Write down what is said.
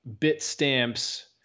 Bitstamp's